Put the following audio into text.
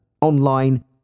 online